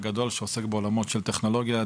גדול שעוסק בעולמות של טכנולוגיה,